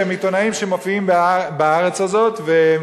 שהם עיתונאים שמופיעים בארץ הזאת והם